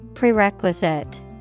Prerequisite